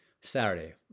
Saturday